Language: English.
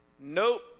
Nope